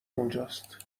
اونجاست